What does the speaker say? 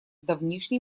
давнишний